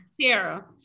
Tara